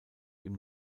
ihm